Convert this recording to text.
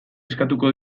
eskatuko